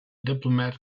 diplomat